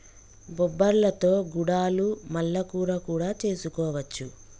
బొబ్బర్లతో గుడాలు మల్ల కూర కూడా చేసుకోవచ్చు